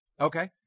Okay